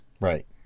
Right